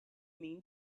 mean